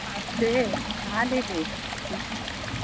नमस्ते हाँ दीदी